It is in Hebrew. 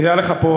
היה לך פה,